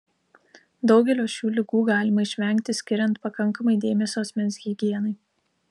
daugelio šių ligų galima išvengti skiriant pakankamai dėmesio asmens higienai